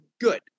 good